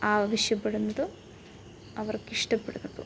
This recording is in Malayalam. ആവശ്യപ്പെടുന്നതും അവർക്കിഷ്ടപ്പെടുന്നതും